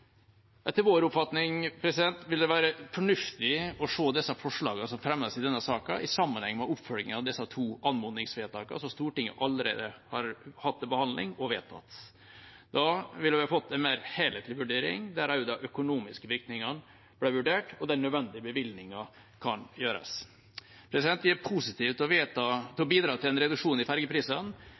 Etter vår oppfatning vil det være fornuftig å se disse forslagene som fremmes i denne saken, i sammenheng og oppfølging av disse to anmodningsvedtakene som Stortinget allerede har hatt til behandling og vedtatt. Da ville vi fått en mer helhetlig vurdering der også de økonomiske virkningene ble vurdert og de nødvendige bevilgningene kan gjøres. Vi er positiv til å bidra til en reduksjon i